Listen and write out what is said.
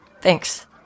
thanks